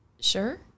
Sure